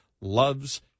loves